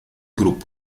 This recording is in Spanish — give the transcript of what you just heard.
grupo